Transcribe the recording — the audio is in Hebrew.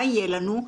מה יהיה לנו?